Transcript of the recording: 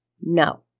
No